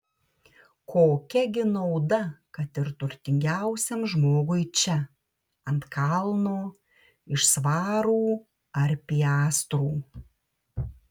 kokia gi nauda kad ir turtingiausiam žmogui čia ant kalno iš svarų ar piastrų